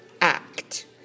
act